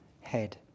head